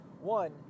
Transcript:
one